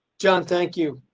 john, thank you.